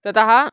ततः